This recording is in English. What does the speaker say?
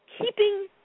keeping